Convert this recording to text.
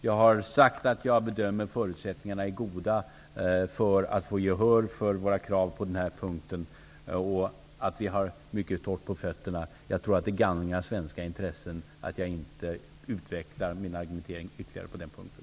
Jag har sagt att jag bedömer förutsättningarna som goda när det gäller att få gehör för våra krav på den här punkten och att vi har mycket torrt på fötterna. Vidare tror jag att det gagnar svenska intressen att jag inte utvecklar min argumentering ytterligare på den punkten.